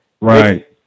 Right